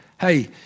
hey